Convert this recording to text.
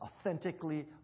authentically